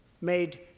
made